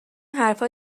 حرفا